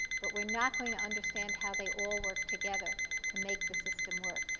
but we're not going to understand how they all work together to make the system work.